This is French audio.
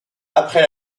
après